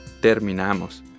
terminamos